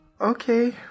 okay